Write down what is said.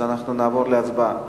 אנחנו נעבור להצבעה.